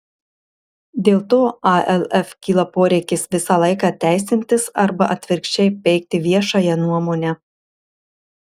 dėl to alf kyla poreikis visą laiką teisintis arba atvirkščiai peikti viešąją nuomonę